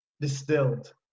distilled